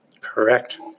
Correct